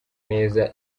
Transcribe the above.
neza